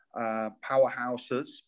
powerhouses